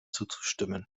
zuzustimmen